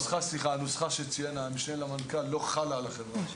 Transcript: הנוסחה שציין המשנה למנכ"ל לא חלה על החברה הערבית.